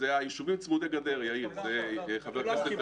אלה היישובים צמודי גדר, חבר הכנסת גולן.